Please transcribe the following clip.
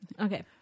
Okay